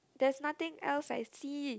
there's nothing else I see